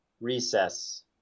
recess